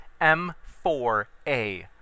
M4A